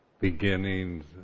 beginnings